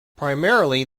primarily